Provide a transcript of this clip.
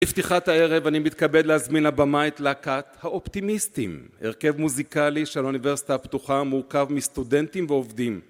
לפתיחת הערב אני מתכבד להזמין לבמה את להקת האופטימיסטים הרכב מוזיקלי של האוניברסיטה הפתוחה מורכב מסטודנטים ועובדים